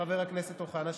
חבר הכנסת אוחנה,